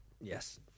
Yes